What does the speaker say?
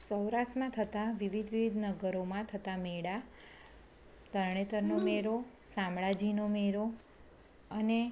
સૌરાષ્ટ્રમાં થતાં વિવિધ વિવિધ નગરોમાં થતા મેળા તરણેતરનો મેળો શામળાજીનો મેળો અને